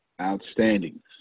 Outstanding